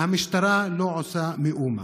והמשטרה לא עושה מאומה.